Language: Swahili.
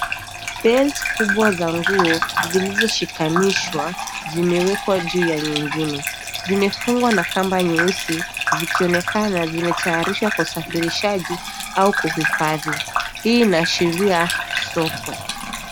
Belt kubwa za nguo zilizoshikanishwa zimewekwa juu ya nyingine. Zimefungwa na kamba nyeusi, zikionekana zimetayarishwa kwa usafiriaji au kuhifadhi. Hii inaashiria soko.